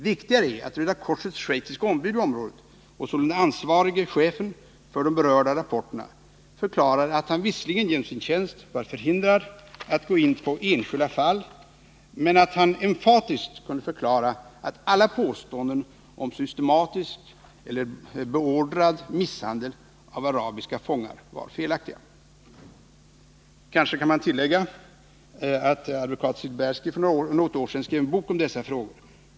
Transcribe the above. Viktigare är att Röda korsets schweiziska ombud i området och sålunda ansvarig chef för de berörda rapporterna förklarade att han visserligen genom sin tjänst var förhindrad att gå in på enskilda fall men att han emfatiskt kunde förklara att alla påståenden om systematisk eller beordrad misshandel av arabiska fångar var felaktiga. Kanske kan man tillägga att advokat Silbersky för något år sedan skrev en bok om dessa frågor.